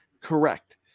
correct